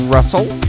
Russell